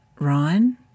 Ryan